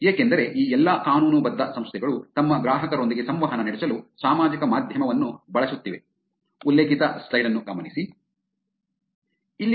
ಏಕೆಂದರೆ ಈ ಎಲ್ಲಾ ಕಾನೂನುಬದ್ಧ ಸಂಸ್ಥೆಗಳು ತಮ್ಮ ಗ್ರಾಹಕರೊಂದಿಗೆ ಸಂವಹನ ನಡೆಸಲು ಸಾಮಾಜಿಕ ಮಾಧ್ಯಮವನ್ನು ಬಳಸುತ್ತಿವೆ